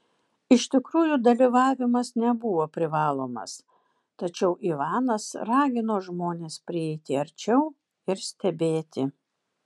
iš tikrųjų dalyvavimas nebuvo privalomas tačiau ivanas ragino žmones prieiti arčiau ir stebėti